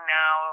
now